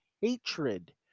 hatred